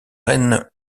reine